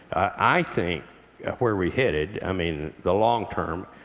i think where we're headed, i mean the long-term,